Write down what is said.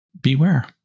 beware